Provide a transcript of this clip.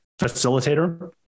facilitator